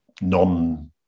non